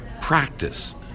practice